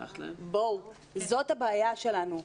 זאת הבעיה שלנו.